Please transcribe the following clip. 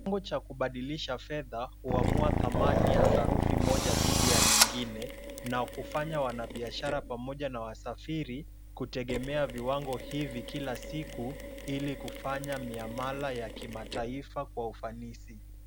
Chombo cha kubadilisha fedha huamua thamani ya sarufi moja dhidi ya nyingine na hufanya wanabiashara pamoja na wasafiri kutegemea viwango hivi kila siku ili kufanya miamala ya kimataifa kwa ufanisi.